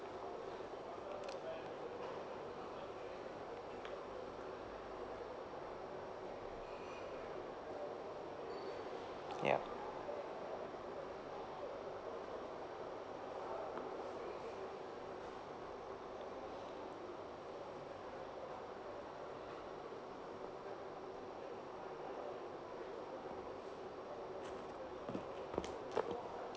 yup